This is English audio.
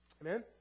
Amen